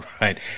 right